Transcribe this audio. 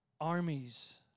armies